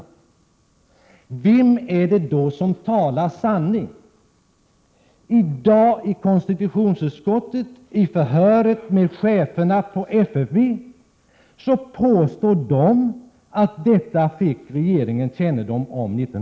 Vem är det i så fall som talar sanning? I dagens förhör i konstitutionsutskottet påstår cheferna för FFV att regeringen måste haft kännedom om detta.